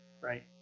right